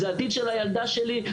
זה העתיד של הילדה שלי,